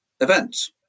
events